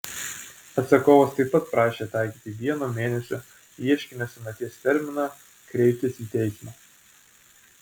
atsakovas taip pat prašė taikyti vieno mėnesio ieškinio senaties terminą kreiptis į teismą